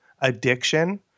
addiction